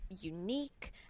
Unique